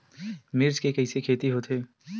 मिर्च के कइसे खेती होथे?